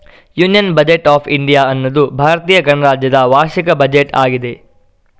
union budget of India ಅನ್ನುದು ಭಾರತ ಗಣರಾಜ್ಯದ ವಾರ್ಷಿಕ ಬಜೆಟ್ ಆಗಿದೆ